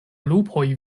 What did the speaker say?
lupoj